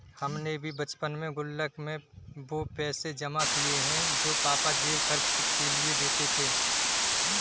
हमने भी बचपन में गुल्लक में वो पैसे जमा किये हैं जो पापा जेब खर्च के लिए देते थे